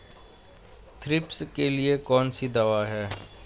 Thrips के लिए कौन सी दवा है?